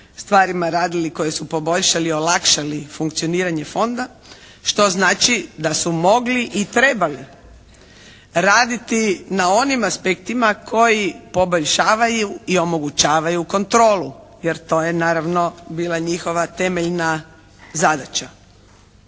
stvarima radili koji su poboljšali, olakšali funkcioniranje fonda što znači da su mogli i trebali raditi na onim aspektima koji poboljšavaju i omogućavaju kontrolu, jer to je naravno bila njihova temeljna zadaća.